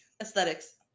Aesthetics